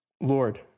Lord